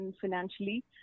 financially